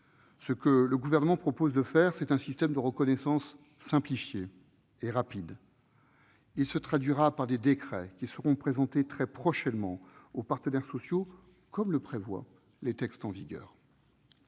Ce que le Gouvernement propose, c'est de mettre en place un système de reconnaissance simplifié et rapide. Il se traduira par des décrets qui seront présentés très prochainement aux partenaires sociaux, comme le prévoient les textes en vigueur.